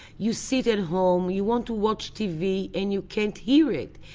you sit at home, you want to watch tv and you can't hear it,